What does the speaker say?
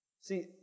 See